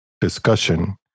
discussion